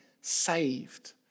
saved